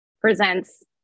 presents